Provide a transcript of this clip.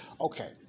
Okay